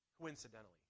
coincidentally